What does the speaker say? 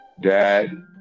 dad